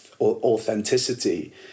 authenticity